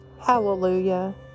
Hallelujah